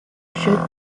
should